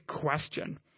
question